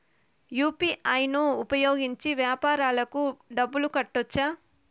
UPI ను ఉపయోగించి వ్యాపారాలకు డబ్బులు కట్టొచ్చా?